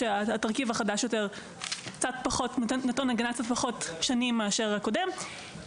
שהתרכיב החדש קצת פחות --- שנים מאשר הקודם.